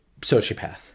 sociopath